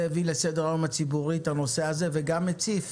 זה הביא לסדר-היום הציבורי את הנושא הזה, וגם הציף